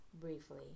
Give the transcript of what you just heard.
briefly